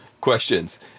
questions